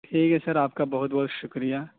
ٹھیک ہے سر آپ کا بہت بہت شکریہ